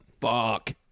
Fuck